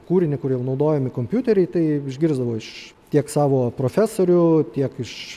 kūrinį kur jau naudojami kompiuteriai tai išgirsdavo iš tiek savo profesorių tiek iš